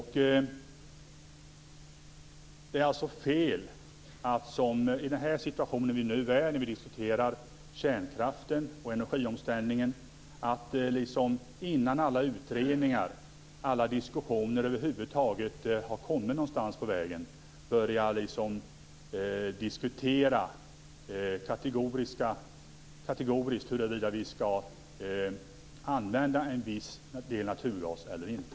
I den situation som vi nu befinner oss - när vi diskuterar kärnkraften och energiomställning och innan alla utredningar och alla diskussioner över huvud taget har kommit någonstans på vägen - är det fel att börja diskutera kategoriskt huruvida vi skall använda en viss del naturgas eller inte.